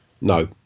No